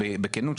בכנות,